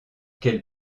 quelle